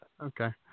Okay